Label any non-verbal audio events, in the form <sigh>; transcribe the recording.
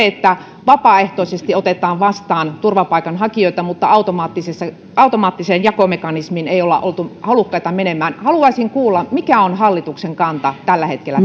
<unintelligible> että vapaaehtoisesti otetaan vastaan turvapaikanhakijoita mutta automaattiseen jakomekanismiin ei olla oltu halukkaita menemään haluaisin kuulla mikä on hallituksen kanta tällä hetkellä <unintelligible>